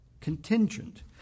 contingent